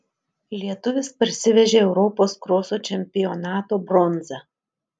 lietuvis parsivežė europos kroso čempionato bronzą